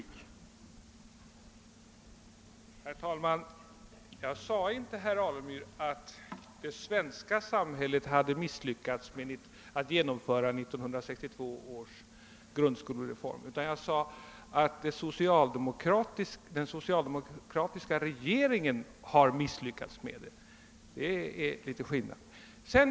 Herr talman! Jag sade inte, herr Alemyr, att det svenska samhället hade misslyckats med att genomföra 1962 års: grundskolereform utan framhöll att den socialdemokratiska regeringen misslyckats härmed. Det är litet skillnad.